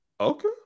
okay